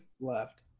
Left